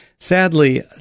Sadly